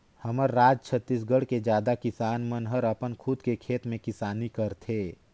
हमर राज छत्तीसगढ़ के जादा किसान मन हर अपन खुद के खेत में किसानी करथे